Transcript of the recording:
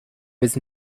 was